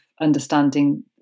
understanding